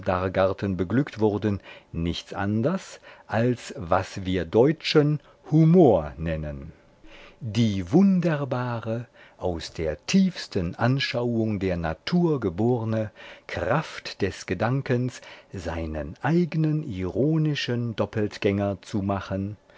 beglückt wurden nichts anders als was wir deutschen humor nennen die wunderbare aus der tiefsten anschauung der natur geborne kraft des gedankens seinen eignen ironischen doppeltgänger zu machen